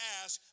ask